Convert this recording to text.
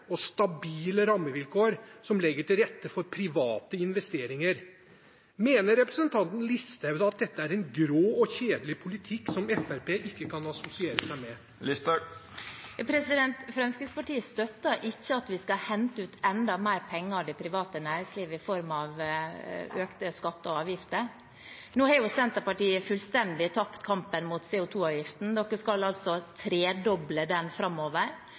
og stabile rammevilkår som legger til rette for private investeringer. Mener representanten Listhaug at dette er en grå og kjedelig politikk som Fremskrittspartiet ikke kan assosiere seg med? Fremskrittspartiet støtter ikke at vi skal hente ut enda mer penger fra det private næringslivet i form av økte skatter og avgifter. Nå har Senterpartiet fullstendig tapt kampen mot CO 2 -avgiften. Dere skal tredoble den framover.